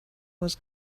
was